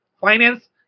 finance